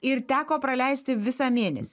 ir teko praleisti visą mėnesį